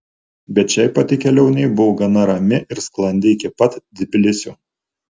bet šiaip pati kelionė buvo gana rami ir sklandi iki pat tbilisio